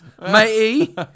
matey